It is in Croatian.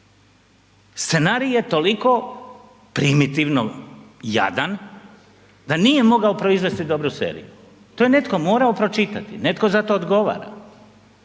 scenarij je toliko primitivno jadan da nije mogao proizvesti dobru seriju, to je netko morao pročitati, netko za to odgovara